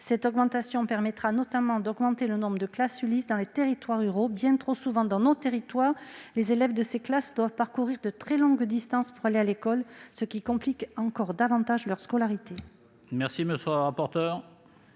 cet amendement permettrait notamment d'augmenter le nombre de classes ULIS dans les territoires ruraux dans lesquels, bien trop souvent, les élèves de ces classes doivent parcourir de très longues distances pour aller à l'école, ce qui complique encore davantage leur scolarité.